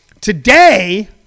today